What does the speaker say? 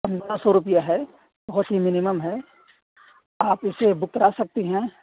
پندرہ سو روپیہ ہے بہت ہی مینمم ہے آپ اِسے بک کرا سکتی ہیں